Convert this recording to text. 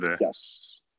Yes